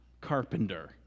carpenter